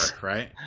right